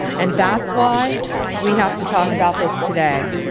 and that's why we have to talk about this today.